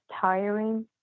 tiring